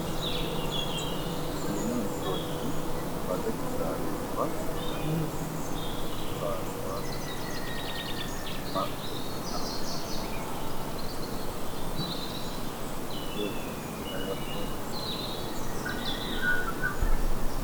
Ibi ni ibitoki. Bimaze gusarurwa bivanwa mu murima, bijyanywe ku isoko cyangwa se bibikwe.